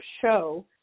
show